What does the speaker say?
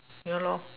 ya lor